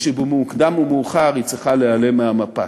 ושבמוקדם או מאוחר היא צריכה להיעלם מהמפה.